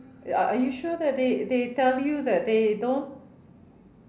are are you sure that they they tell you that they don't